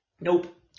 nope